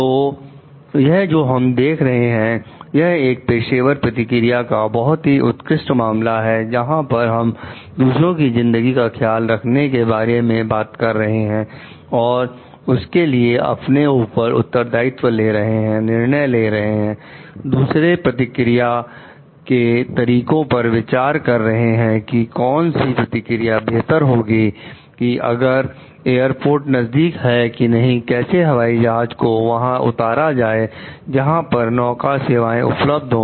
तो यह जो हम देख रहे हैं यह एक पेशेवर प्रतिक्रिया का बहुत ही उत्कृष्ट मामला है जहां पर हम दूसरों की जिंदगी का ख्याल रखने के बारे में बात कर रहे हैं और उसके लिए अपने ऊपर उत्तरदायित्व ले रहे हैं निर्णय ले रहे हैं दूसरे प्रतिक्रिया के तरीकों पर विचार कर रहे हैं कि कौन सी प्रतिक्रिया बेहतर होगी कि अगर एयरपोर्ट नजदीक है कि नहीं कैसे हवाई जहाज को वहां उतारा जाए जहां पर नौका सेवाएं उपलब्ध हो